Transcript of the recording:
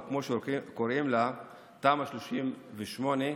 או כמו שקוראים לה תמ"א 38,